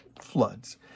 floods